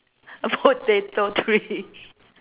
a potato tree